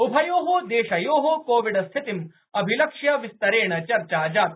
उभयोः देशयोः कोविडस्थितिम् अभिलक्ष्य विस्तरेण चर्चा जाता